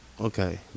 Okay